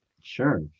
Sure